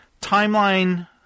timeline